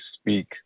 speak